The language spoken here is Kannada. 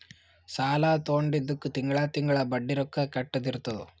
ಸಾಲಾ ತೊಂಡಿದ್ದುಕ್ ತಿಂಗಳಾ ತಿಂಗಳಾ ಬಡ್ಡಿ ರೊಕ್ಕಾ ಕಟ್ಟದ್ ಇರ್ತುದ್